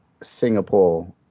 Singapore